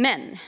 Men